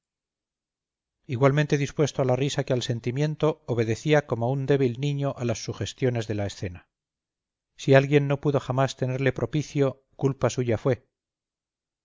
igualmente dispuesto a la risa que al sentimiento obedecía como un débil niño a las sugestiones de la escena si alguien no pudo jamás tenerle propicio culpa suya fue